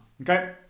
Okay